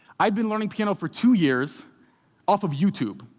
i'd been learning piano for two years off of youtube,